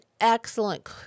excellent